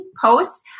posts